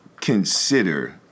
consider